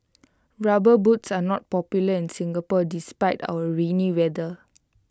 rubber boots are not popular in Singapore despite our rainy weather